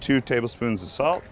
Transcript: two tablespoons of salt